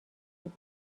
بود